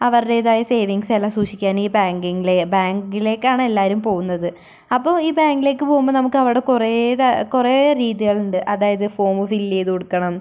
അവരുടേതായ സേവിംഗ്സ് എല്ലാം സൂക്ഷിക്കാനും ഈ ബാങ്കിംഗിലെ ബാങ്കിലേക്കാണ് എല്ലാവരും പോവുന്നത് അപ്പം ഈ ബാങ്കിലേക്ക് പോവുമ്പം നമുക്ക് അവടെ കുറെ ഇത് കുറെ രീതികളുണ്ട് അതായത് ഫോമ് ഫില്ല് ചെയ്ത് കൊടുക്കണം